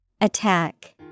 Attack